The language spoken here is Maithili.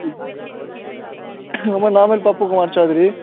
हमर नाम भेल पप्पू कुमार चौधरी